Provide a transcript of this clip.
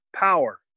Power